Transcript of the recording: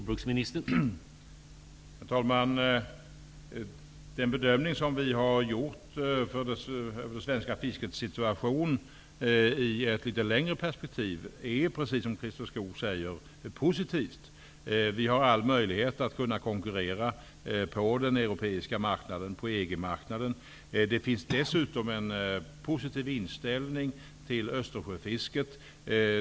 Herr talman! Den bedömning vi har gjort av det svenska fiskets situation i ett längre perspektiv är precis som Christer Skoog säger positiv. Vi har alla möjligheter att konkurrera på den europeiska marknaden, på EG-marknaden. Det finns dessutom en positiv inställning till Östersjöfisket.